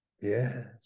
Yes